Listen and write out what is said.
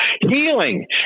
healing